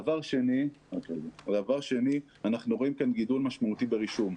דבר שני, אנחנו רואים כאן גידול משמעותי ברישום.